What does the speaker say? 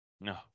No